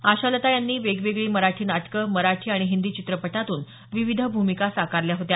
आशालता यांनी वेगवेगळी मराठी नाटकं मराठी आणि हिंदी चित्रपटातून विविध भूमिका साकारल्या होत्या